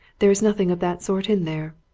there is nothing of that sort in there.